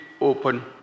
open